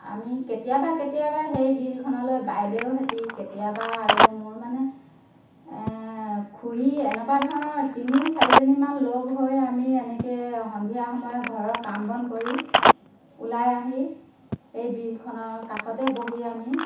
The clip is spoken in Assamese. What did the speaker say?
আমি কেতিয়াবা কেতিয়াবা সেই বিলখনলৈ বাইদেউৰ সৈতে কেতিয়াবা আৰু মোৰ মানে খুৰী এনেকুৱা ধৰণৰ তিনি চাৰিজনীমান লগ হৈ আমি এনেকৈ সন্ধিয়া সময়ত ঘৰৰ কাম বন কৰি ওলাই আহি সেই বিলখনৰ কাষতে বহি আমি